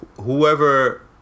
whoever